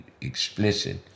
explicit